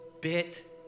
bit